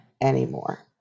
anymore